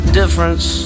difference